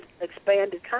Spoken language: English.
expanded